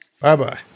Bye-bye